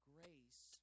Grace